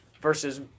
Versus